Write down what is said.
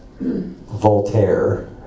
Voltaire